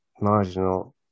marginal